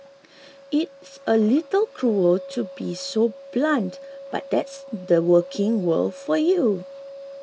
it's a little cruel to be so blunt but that's the working world for you